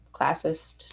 classist